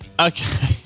Okay